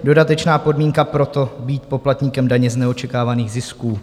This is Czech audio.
Dodatečná podmínka pro to, být poplatníkem daně z neočekávaných zisků.